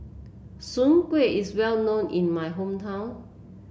Soon Kuih is well known in my hometown